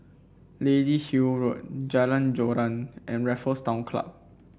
Lady Hill Road Jalan Joran and Raffles Town Club